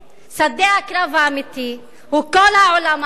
שדה הקרב האמיתי הוא כל העולם הערבי,